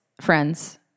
friends